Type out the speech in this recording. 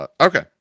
Okay